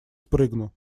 спрыгну